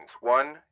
One